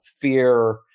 fear